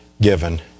given